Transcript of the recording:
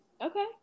Okay